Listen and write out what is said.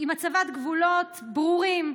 עם הצבת גבולות ברורים,